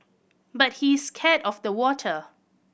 but he is scared of the water